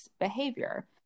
behavior